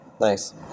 Nice